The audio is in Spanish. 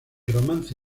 romance